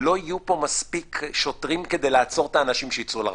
לא יהיו פה מספיק שוטרים כדי לעצור את האנשים שיצאו לרחובות.